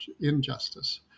injustice